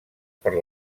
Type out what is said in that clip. per